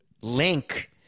link